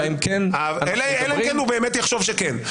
אלא אם כן הוא באמת יחשוב שכן.